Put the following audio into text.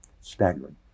staggering